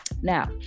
Now